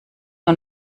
nur